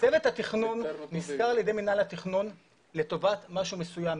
--- צוות התכנון נשכר על ידי מינהל התכנון לטובת משהו מסוים,